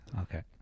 Okay